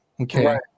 Okay